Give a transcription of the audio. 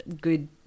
good